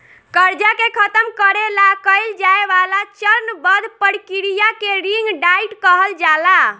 कर्जा के खतम करे ला कइल जाए वाला चरणबद्ध प्रक्रिया के रिंग डाइट कहल जाला